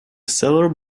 cellar